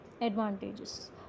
advantages